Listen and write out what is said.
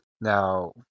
now